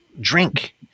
drink